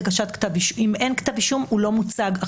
אם אין כתב אישום הוא לא מוצג,